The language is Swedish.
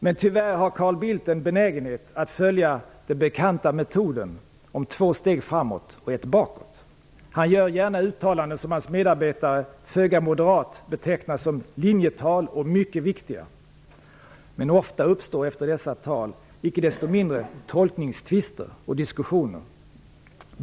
Men tyvärr har Carl Bildt en benägenhet att följa den bekanta metoden två steg framåt och ett bakåt. Han gör gärna uttalanden som av hans medarbetare, föga moderat, betecknas som linjetal och mycket viktiga. Ofta uppstår efter dessa tal icke desto mindre tolkningstvister och diskussioner.